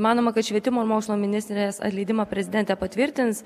manoma kad švietimo ir mokslo ministrės atleidimą prezidentė patvirtins